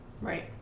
Right